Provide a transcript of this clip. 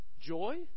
joy